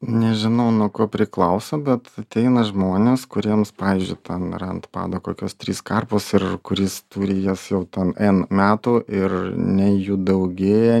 nežinau nuo ko priklauso bet ateina žmonės kuriems pavyzdžiui ten yra ant pado kokios trys karpos ir kuris turi jas jau ten n metų ir nei jų daugėja